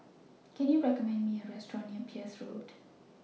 Can YOU recommend Me A Restaurant near Peirce Road